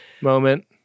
moment